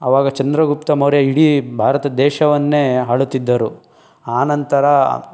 ಆವಾಗ ಚಂದ್ರಗುಪ್ತ ಮೌರ್ಯ ಇಡೀ ಭಾರತ ದೇಶವನ್ನೇ ಅಳುತ್ತಿದ್ದರು ಆ ನಂತರ